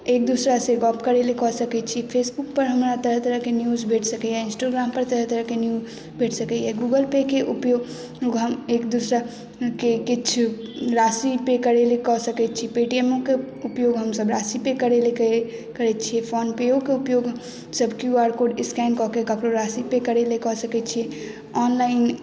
एक दूसरा से गप करै लए कऽ सकै छी फेसबुक पर हमरा तरह तरह के न्यूज भेट सकै इन्सटोग्राम पर तरह तरह के न्यूज भेट सकैया गूगल पे के उपयोग हम एक दूसरा के किछु राशि पे करै लए कऽ सकै छी पे टी एमो के उपयोग हमसब राशि पे करै लए करै छी फोन पे यो के उपयोग सब क्यू आर कोड स्कैन कऽ के ककरो राशि पे करै लऽ कऽ सकै छी ऑनलाइन